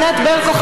ענת ברקו,